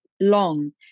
long